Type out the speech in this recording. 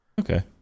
okay